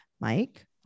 Mike